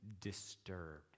disturbed